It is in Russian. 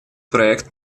проект